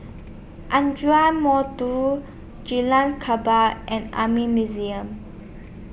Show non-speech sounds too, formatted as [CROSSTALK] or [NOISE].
Ardmore two G Lam [UNINTELLIGIBLE] and Army Museum